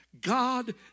God